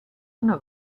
una